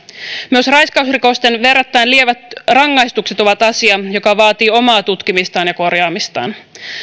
myös raiskausrikosten verrattain lievät rangaistukset ovat asia joka vaatii omaa tutkimistaan ja korjaamistaan